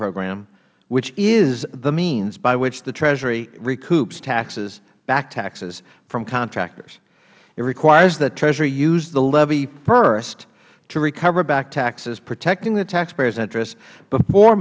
program which is the means by which the treasury recoups back taxes from contractors it requires that treasury use the levy first to recover back taxes protecting the taxpayers interest before